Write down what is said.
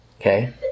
Okay